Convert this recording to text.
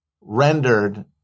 rendered